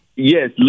Yes